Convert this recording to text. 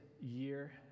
year